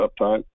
uptime